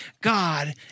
God